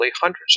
hundreds